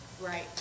Right